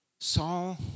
Saul